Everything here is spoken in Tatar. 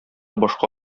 башка